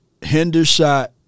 Hendershot